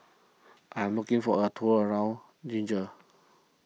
I am looking for a tour around Niger